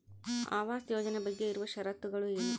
ಆವಾಸ್ ಯೋಜನೆ ಬಗ್ಗೆ ಇರುವ ಶರತ್ತುಗಳು ಏನು?